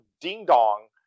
ding-dong